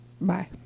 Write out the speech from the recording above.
Bye